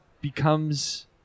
becomes